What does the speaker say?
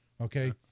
Okay